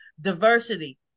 diversity